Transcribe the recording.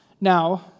Now